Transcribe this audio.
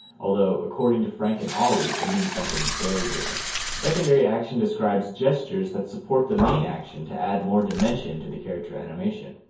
although according to frank and ollie it means something very different. secondary action describes gestures that support the main action to add more dimension to the character animation.